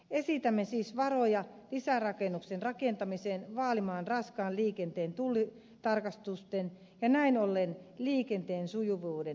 esitämme siis varoja lisärakennuksen rakentamiseen vaalimaan raskaan liikenteen tullitarkastusten ja näin ollen liikenteen sujuvuuden edistämiseksi